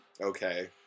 Okay